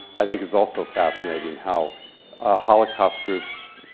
i think is also fascinating how ah holocaust groups